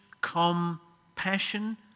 compassion